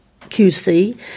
QC